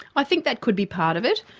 i think that could be part of it.